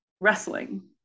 wrestling